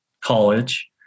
college